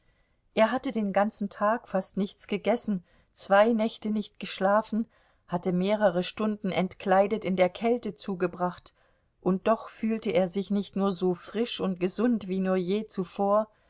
er hatte den ganzen tag fast nichts gegessen zwei nächte nicht geschlafen hatte mehrere stunden entkleidet in der kälte zugebracht und doch fühlte er sich nicht nur so frisch und gesund wie nur je zuvor